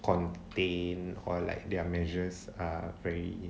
contained or like their measures are very